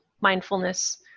mindfulness